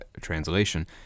translation